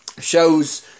shows